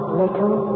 little